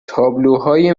تابلوهای